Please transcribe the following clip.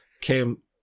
came